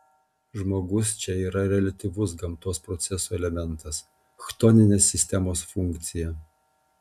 žmogus čia yra reliatyvus gamtos procesų elementas chtoninės sistemos funkcija